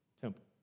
temple